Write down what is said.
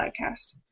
podcast